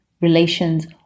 relations